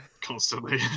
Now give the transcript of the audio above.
Constantly